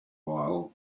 while